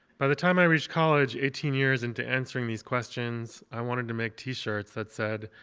by the time i reached college, eighteen years into answering these questions, i wanted to make t-shirts that said,